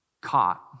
caught